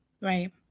Right